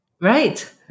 Right